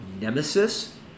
nemesis